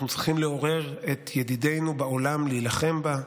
אנחנו צריכים לעורר את ידידינו בעולם להילחם בה,